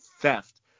theft